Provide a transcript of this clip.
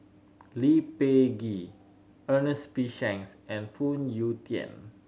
Lee Peh Gee Ernest P Shanks and Phoon Yew Tien